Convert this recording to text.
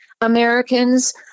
Americans